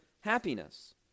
happiness